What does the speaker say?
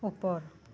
ওপৰ